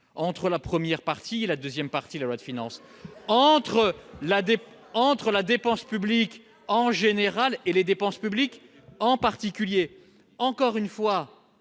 entre la première partie et la deuxième partie de la loi de finances, entre la dépense publique, en général, et les dépenses publiques, en particulier. Je ne sais